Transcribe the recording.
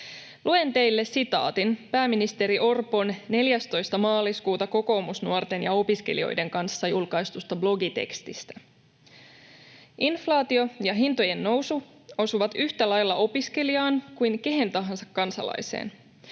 Luen teille sitaatin pääministeri Orpon 14. maaliskuuta Kokoomusnuorten ja ‑opiskelijoiden kanssa julkaistusta blogitekstistä: ”Inflaatio ja hintojen nousu osuvat yhtä lailla opiskelijaan kuin keneen tahansa kansalaiseen.